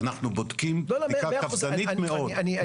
אנחנו בודקים בדיקה קפדנית מאוד.